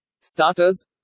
Starters